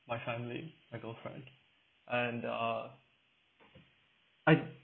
my family my girlfriend and uh I